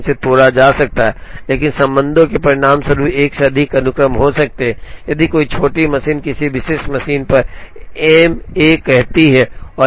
लेकिन संबंधों के परिणामस्वरूप एक से अधिक अनुक्रम हो सकते हैं यदि कोई छोटी मशीन किसी विशेष मशीन पर M 1 कहती है और 1 से अधिक काम है तो